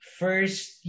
first